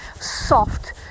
soft